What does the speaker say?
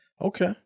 Okay